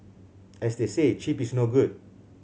as they say cheap is no good